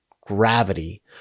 gravity